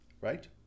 Right